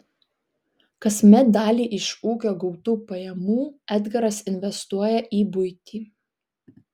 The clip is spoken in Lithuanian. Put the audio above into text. kasmet dalį iš ūkio gautų pajamų edgaras investuoja į buitį